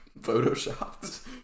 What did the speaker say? photoshopped